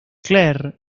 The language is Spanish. clair